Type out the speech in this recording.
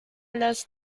las